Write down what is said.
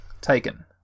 Taken